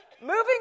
Moving